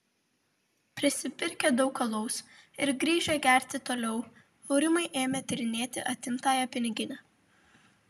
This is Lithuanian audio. prisipirkę daug alaus ir grįžę gerti toliau aurimai ėmė tyrinėti atimtąją piniginę